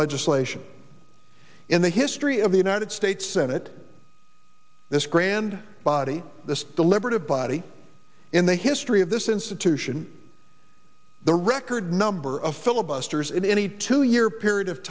legislation in the history of the united states senate this grand body this deliberative body in the history of this institution the record number of filibusters in any two year period of